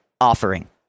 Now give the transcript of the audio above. offering